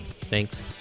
Thanks